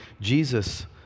Jesus